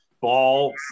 ball